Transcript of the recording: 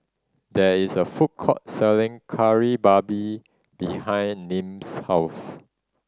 there is a food court selling Kari Babi behind Nim's house